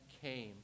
came